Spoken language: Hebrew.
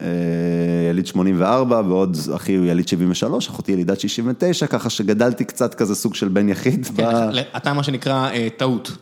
יליד 84, ועוד אחי יליד 73, אחותי ילידת 69, ככה שגדלתי קצת כזה סוג של בן יחיד. אתה מה שנקרא טעות.